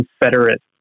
Confederate